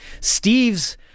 Steves